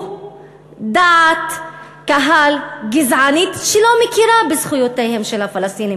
דעת קהל גזענית שלא מכירה בזכויותיהם של הפלסטינים.